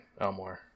Elmore